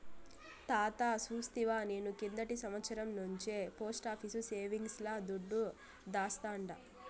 తాతా సూస్తివా, నేను కిందటి సంవత్సరం నుంచే పోస్టాఫీసు సేవింగ్స్ ల దుడ్డు దాస్తాండా